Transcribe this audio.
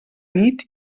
nit